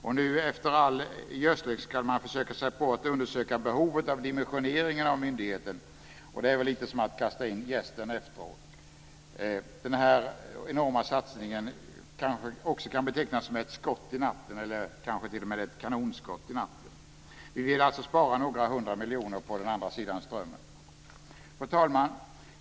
Och nu efter alla gödsling ska man försöka sig på att undersöka behovet av dimensionering för myndigheten. Det är väl lite som att kasta in jästen efter degen. Den här enorma satsningen kanske också kan betecknas som ett skott i natten, kanske t.o.m. ett kanonskott i natten. Vi vill alltså spara några hundra miljoner på den andra sidan Strömmen. Fru talman!